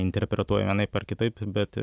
interpretuoja vienaip ar kitaip bet